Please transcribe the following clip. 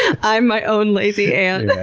i'm my own lazy ant.